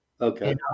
Okay